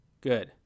Good